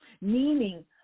Meaning